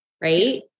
Right